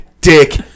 dick